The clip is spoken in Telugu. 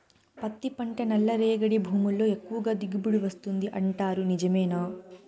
పత్తి పంట నల్లరేగడి భూముల్లో ఎక్కువగా దిగుబడి వస్తుంది అంటారు నిజమేనా